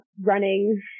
running